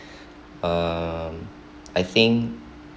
um I think